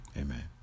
amen